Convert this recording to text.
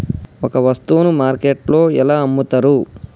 ఒక వస్తువును మార్కెట్లో ఎలా అమ్ముతరు?